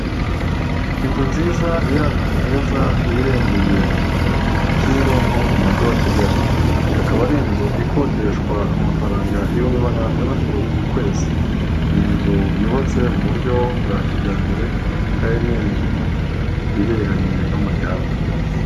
Inzu nziza iri ahantu heza hirengeye Kimironko mu mujyi wa Kigali, ikaba ari inzu ikodeshwa amafaranga ibihumbi magana atandatu ku kwezi, ni inzu yubatse mu buryo bwa kijyambere kandi ni inzu iberanye n'umuryango.